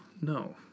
No